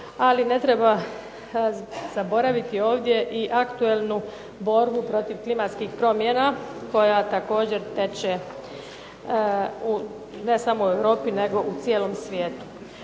Ali ne treba zaboraviti ovdje i aktualnu borbu protiv klimatskih promjena koja također teče ne samo u Europi nego i u cijelom svijetu.